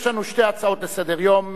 יש לנו שתי הצעות לסדר-היום,